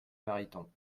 mariton